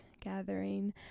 gathering